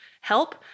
help